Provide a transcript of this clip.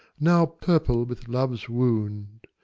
now purple with love's wound,